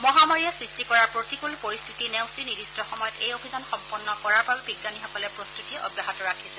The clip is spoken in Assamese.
মহামাৰীয়ে সৃষ্টি কৰা প্ৰতিকূল পৰিস্থিতি নেওচি নিৰ্দিষ্ট সময়ত এই অভিয়ান সম্পন্ন কৰাৰ বাবে বিজ্ঞানীসকলে প্ৰস্ততি অব্যাহত ৰাখিছে